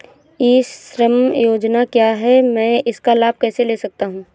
ई श्रम योजना क्या है मैं इसका लाभ कैसे ले सकता हूँ?